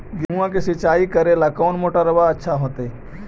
गेहुआ के सिंचाई करेला कौन मोटरबा अच्छा होतई?